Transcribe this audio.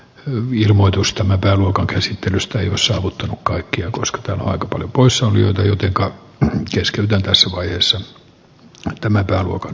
virvoitus tämä pääluokan käsittelystä jossa muut kaikkia koska aika on poissa löytyy joka kesken tässä vaiheessa rämäpäluokan